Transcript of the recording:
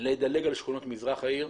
לדלג על שכונות מזרח העיר,